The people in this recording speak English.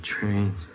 trains